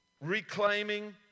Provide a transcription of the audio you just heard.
reclaiming